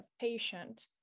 patient